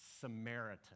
Samaritan